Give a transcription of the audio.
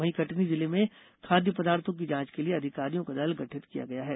वहीं कटनी जिले में खाद्य पदार्थो की जांच के लिए अधिकारियों का दल गठित किया गया है